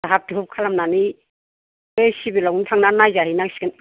धाब धुब खालामनानै बै सिभिल आवनो थांनानै नायजा हैनांसिगोन